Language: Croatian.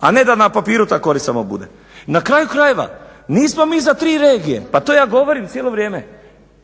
a ne da na papiru ta korist samo bude. Na kraju krajeva, nismo mi za tri regije, pa to ja govorim cijelo vrijeme,